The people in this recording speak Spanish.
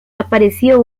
apareció